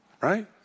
right